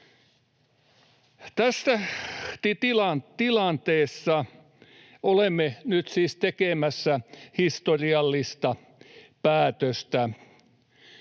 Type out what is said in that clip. Tässä tilanteessa olemme nyt siis tekemässä historiallista päätöstä.